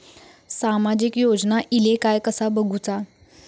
सामाजिक योजना इले काय कसा बघुचा?